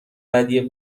ودیعه